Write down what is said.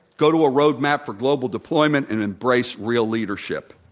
go to a roadmap for global deployment and embrace real leadership.